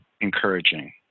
encouraging